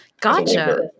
gotcha